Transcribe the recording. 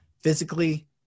physically